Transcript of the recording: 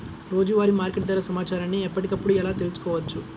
రోజువారీ మార్కెట్ ధర సమాచారాన్ని ఎప్పటికప్పుడు ఎలా తెలుసుకోవచ్చు?